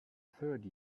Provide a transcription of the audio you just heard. third